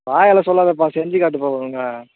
வாயால் சொல்லாதேப்பா செஞ்சுக்காட்டுப்பா ஒழுங்கா